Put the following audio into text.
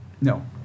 No